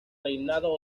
reinado